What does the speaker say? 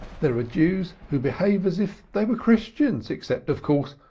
there are jews who behave as if they were christians, except, of course,